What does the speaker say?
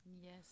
Yes